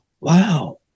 wow